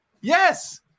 Yes